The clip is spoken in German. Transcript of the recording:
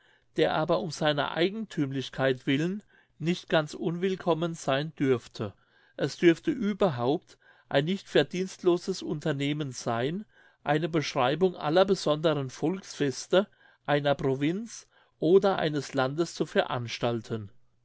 der aber um seiner eigenthümlichkeit willen nicht ganz unwillkommen seyn dürfte es dürfte überhaupt ein nicht verdienstloses unternehmen seyn eine beschreibung aller besonderen volksfeste einer provinz oder eines landes zu veranstalten